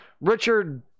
Richard